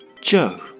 Joe